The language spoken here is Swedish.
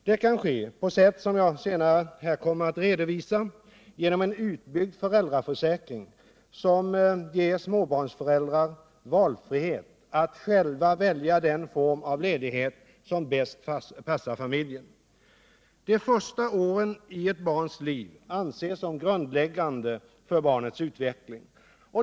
Det kan ske på sätt som jag här senare kommer att redovisa genom en utbyggd föräldraförsäkring som ger småbarnsföräldrar valfrihet att själva välja den form av ledighet som bäst passar familjen. De första åren i ett barns liv anses som grundläggande för barnets utveckling.